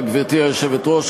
גברתי היושבת-ראש,